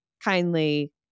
kindly